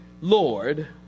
Lord